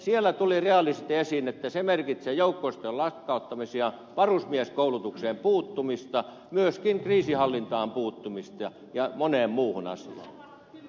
siellä tuli reaalisesti esiin että se merkitsee joukko osastojen lakkauttamisia varusmieskoulutukseen puuttumista myöskin kriisinhallintaan ja moneen muuhun asiaan puuttumista